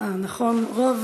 רוב